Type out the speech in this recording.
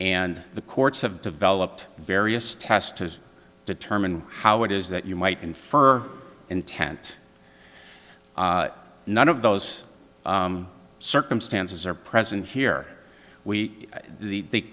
and the courts have developed various tests to determine how it is that you might infer intent none of those circumstances are present here we the